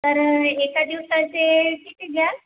तर एका दिवसाचे किती घ्याल